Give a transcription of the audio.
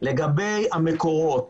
לגבי המקורות.